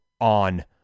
on